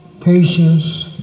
patience